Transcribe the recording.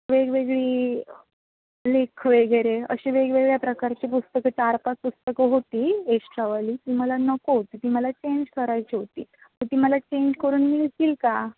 वेगवेगळी लेख वगैरे अशे वेगवेगळ्या प्रकारचे पुस्तकं चार पाच पुस्तकं होती एश्ट्रावाली ती मला नको होती ती मला चेंज करायची होती तर ती मला चेंज करून मिळतील का